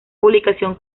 publicación